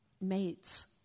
mates